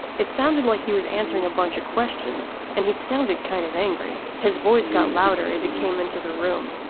it sounded like he was answering a bunch of questions, and he sounded kind of angry. his voice got louder as he came into the room.